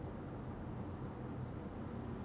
what they they kill the baby